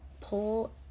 Pull